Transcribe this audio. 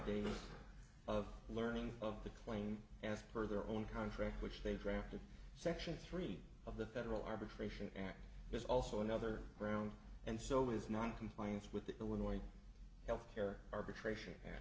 days of learning of the claim as per their own contract which they drafted section three of the federal arbitration act there's also another round and so is noncompliance with the illinois health care arbitration